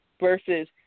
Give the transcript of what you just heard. versus